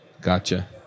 Gotcha